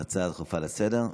זו הצעה דחופה לסדר-היום.